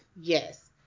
yes